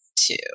two